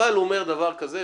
אבל הוא אומר דבר כזה,